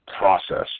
process